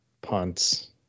punts